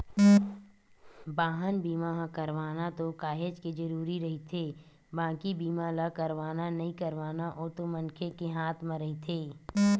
बाहन बीमा ह करवाना तो काहेच के जरुरी रहिथे बाकी बीमा ल करवाना नइ करवाना ओ तो मनखे के हात म रहिथे